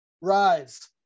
Rise